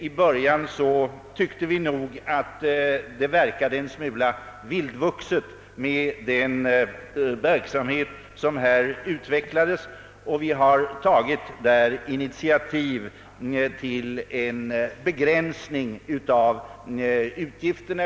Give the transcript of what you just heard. I början tyckte vi nog att det verkade en smula vildvuxet med den verksamhet som utvecklades, och vi har tagit initiativ till en begränsning av utgifterna.